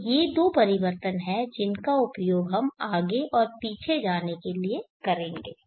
तो ये दो परिवर्तन हैं जिनका उपयोग हम आगे और पीछे जाने के लिए करेंगे